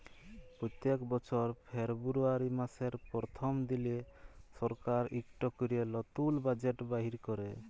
প্যত্তেক বছর ফেরবুয়ারি ম্যাসের পরথম দিলে সরকার ইকট ক্যরে লতুল বাজেট বাইর ক্যরে